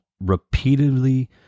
repeatedly